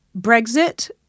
Brexit